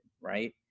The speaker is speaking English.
right